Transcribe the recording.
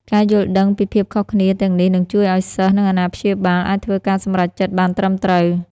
ការយល់ដឹងពីភាពខុសគ្នាទាំងនេះនឹងជួយឱ្យសិស្សនិងអាណាព្យាបាលអាចធ្វើការសម្រេចចិត្តបានត្រឹមត្រូវ។